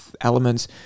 elements